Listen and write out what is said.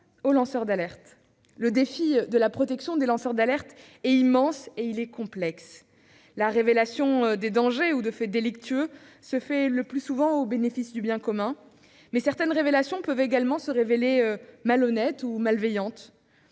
aux lanceurs d'alerte. Le défi de la protection des lanceurs d'alerte est immense et complexe. La révélation de dangers ou de faits délictueux se fait le plus souvent au bénéfice du bien commun, mais certaines dénonciations peuvent également se révéler malhonnêtes ou malveillantes.